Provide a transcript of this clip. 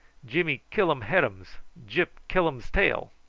jimmy killum headums gyp killums tail.